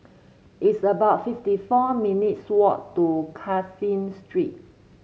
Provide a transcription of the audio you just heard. it's about fifty four minutes walk to Caseen Street